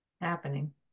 happening